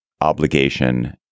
obligation